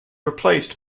replaced